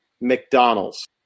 McDonald's